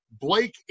Blake